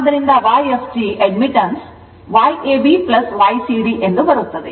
ಆದ್ದರಿಂದ Yfg admittance Yab Ycd ಎಂದು ಬರುತ್ತಿದೆ